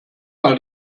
mal